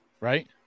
Right